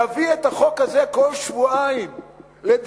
יביא את החוק הזה כל שבועיים לדיון,